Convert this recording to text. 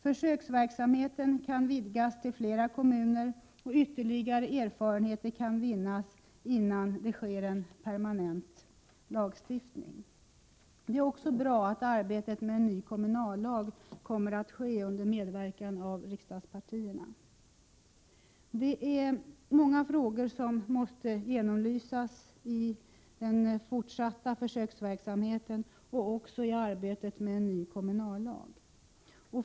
Försöksverksamheten kan vidgas till flera kommuner, och ytterligare erfarenheter kan vinnas innan en permanent lagstiftning genomförs. Det är också bra att arbetet med en ny kommunallag kommer att ske under medverkan av riksdagspartierna. Det är många frågor som måste genomlysas i den fortsatta försöksverksamheten och även i arbetet med en ny kommunallag.